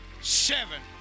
seven